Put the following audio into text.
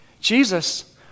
Jesus